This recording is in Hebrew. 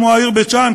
כמו העיר בית-שאן,